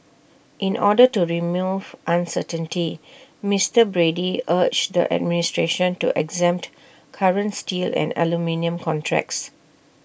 in order to remove uncertainty Mister Brady urged the administration to exempt current steel and aluminium contracts